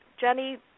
Jenny